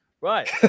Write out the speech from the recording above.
Right